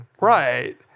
Right